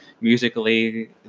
Musically